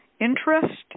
interest